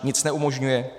Nic neumožňuje?